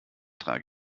trage